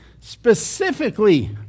specifically